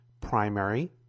primary